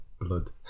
blood